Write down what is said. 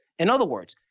in other words,